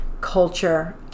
culture